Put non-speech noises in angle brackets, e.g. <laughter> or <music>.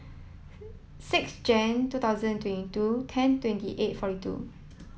<noise> six Jane two thousand twenty two ten twenty eight forty two